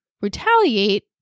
retaliate